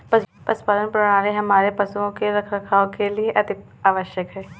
पशुपालन प्रणाली हमारे पशुओं के रखरखाव के लिए अति आवश्यक है